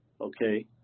Okay